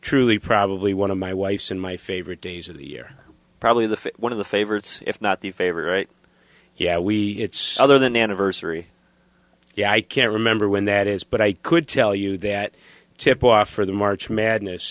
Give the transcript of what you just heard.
truly probably one of my wife's and my favorite days of the year probably the one of the favorites if not the favorite yeah we it's other than anniversary yeah i can't remember when that is but i could tell you that tipoff for the march madness